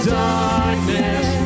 darkness